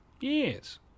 Yes